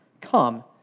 Come